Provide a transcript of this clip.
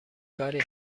کاری